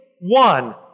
one